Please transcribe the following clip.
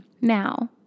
Now